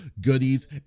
goodies